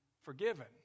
forgiven